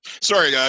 Sorry